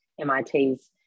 MIT's